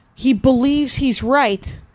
he believes he's right,